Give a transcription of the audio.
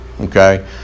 okay